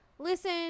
Listen